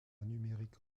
numérique